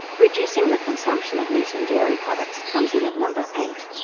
reducing the consumption of meat and dairy products comes in at number eight,